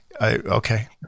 okay